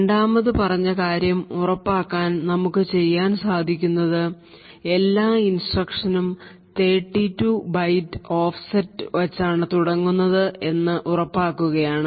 രണ്ടാമത് പറഞ്ഞ കാര്യം ഉറപ്പാക്കാൻ നമുക്ക് ചെയ്യാൻ സാധിക്കുന്നത് എല്ലാ ഇൻസ്ട്രക്ഷൻ ഉം 32 ബൈറ്റ് ഓഫ്സെറ്റ് വച്ചാണ് തുടങ്ങുന്നത് എന്ന് ഉറപ്പാക്കുകയാണ്